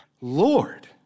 Lord